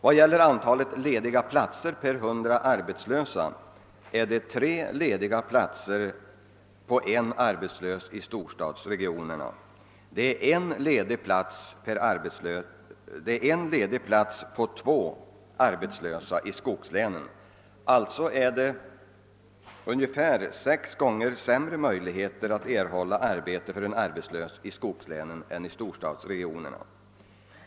Vad gäller antalet lediga platser per arbetslös visar det sig att det finns 3 lediga platser på 1 arbetslös i storstadsregionerna mot 1 ledig plats på 2 arbetslösa i skogslänen. Möjligheterna för en arbetslös att erhålla arbete är alltså i skogslänen ungefär sex gånger sämre än i storstadsregionerna.